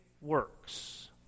works